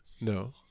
No